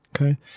Okay